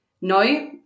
now